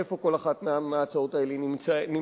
איפה כל אחת מההצעות האלה נמצאת,